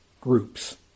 groups